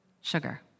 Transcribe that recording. sugar